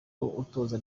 utoza